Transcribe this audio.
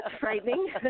frightening